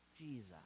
Jesus